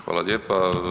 Hvala lijepa.